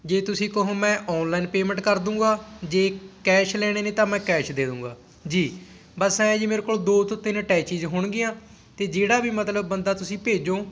ਜੇ ਤੁਸੀਂ ਕਹੋ ਮੈਂ ਔਨਲਾਈਨ ਪੇਮੈਂਟ ਕਰ ਦੂਗਾ ਜੇ ਕੈਸ਼ ਲੈਣੇ ਨੇ ਤਾਂ ਮੈਂ ਕੈਸ਼ ਦੇ ਦੂਗਾ ਜੀ ਬਸ ਐਂ ਜੀ ਮੇਰੇ ਕੋਲ ਦੋ ਤੋਂ ਤਿੰਨ ਟੈਚੀਜ਼ ਹੋਣਗੀਆਂ ਅਤੇ ਜਿਹੜਾ ਵੀ ਮਤਲਬ ਬੰਦਾ ਤੁਸੀਂ ਭੇਜੋ